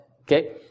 Okay